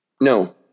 No